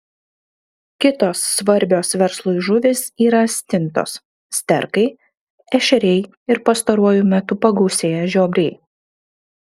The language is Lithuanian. kitos svarbios verslui žuvys yra stintos sterkai ešeriai ir pastaruoju metu pagausėję žiobriai